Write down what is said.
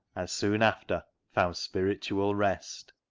and soon after found spiritual rest.